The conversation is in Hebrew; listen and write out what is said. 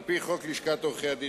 התשס"ט 2009. על-פי חוק לשכת עורכי-הדין